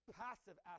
passive